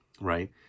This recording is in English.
right